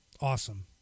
awesome